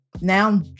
Now